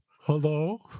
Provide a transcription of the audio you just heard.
Hello